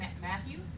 Matthew